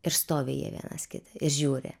ir stovi jie vienas kitą ir žiūri